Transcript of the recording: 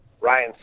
Ryan